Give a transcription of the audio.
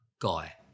guy